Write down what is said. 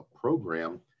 program